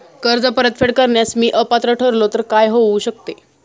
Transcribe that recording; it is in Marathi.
कर्ज परतफेड करण्यास मी अपात्र ठरलो तर काय होऊ शकते?